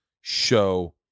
show